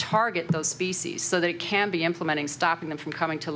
species so they can be implementing stopping them from coming to